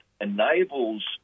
enables